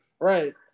Right